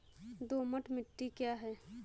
दोमट मिट्टी क्या है?